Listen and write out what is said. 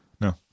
No